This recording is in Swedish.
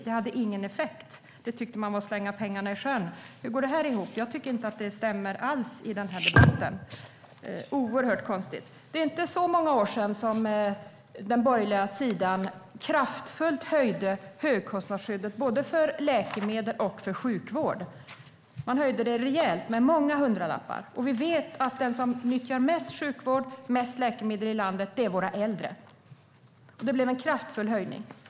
Det hade ingen effekt. Det tyckte man var att slänga pengarna i sjön. Hur går det ihop? Jag tycker inte att det stämmer alls i den här debatten. Det är oerhört konstigt. Det är inte så många år sedan som den borgerliga sidan kraftigt höjde högkostnadsskyddet både för läkemedel och för sjukvård. Man höjde det rejält, med många hundralappar. Vi vet att de som nyttjar mest sjukvård och mest läkemedel i landet är våra äldre. Det blev en kraftig höjning.